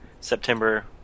September